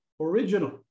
original